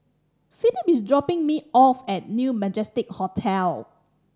Phillip is dropping me off at New Majestic Hotel